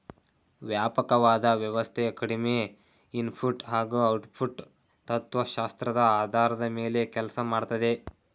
ವ್ಯಾಪಕವಾದ ವ್ಯವಸ್ಥೆ ಕಡಿಮೆ ಇನ್ಪುಟ್ ಹಾಗೂ ಔಟ್ಪುಟ್ ತತ್ವಶಾಸ್ತ್ರದ ಆಧಾರದ ಮೇಲೆ ಕೆಲ್ಸ ಮಾಡ್ತದೆ